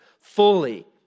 fully